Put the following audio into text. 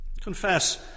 Confess